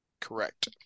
Correct